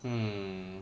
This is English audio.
mm